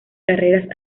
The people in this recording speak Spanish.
carreras